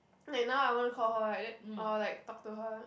wait now I wanna call her right then or like talk to her